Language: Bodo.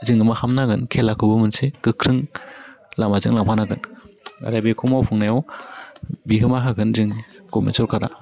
जोङो मा खालामनांगोन खेलाखौबो मोनसे गोख्रों लामाजों लांफानांगोन आरो बेखौ मावफुंनायाव बिहोमा होगोन जोंनि गभमेन्ट सरकारा